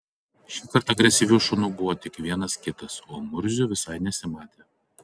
šįkart agresyvių šunų buvo tik vienas kitas o murzių visai nesimatė